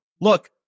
Look